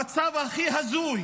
המצב הכי הזוי